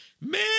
man